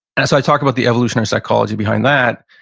and so i talk about the evolutionary psychology behind that.